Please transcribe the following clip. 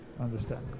understand